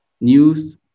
news